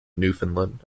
newfoundland